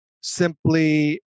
simply